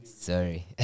Sorry